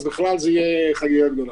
אז בכלל זאת תהיה חגיגה גדולה.